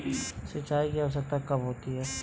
सिंचाई की आवश्यकता कब होती है?